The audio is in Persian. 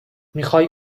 میخوای